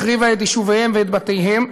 החריבה את יישוביהם ואת בתיהם,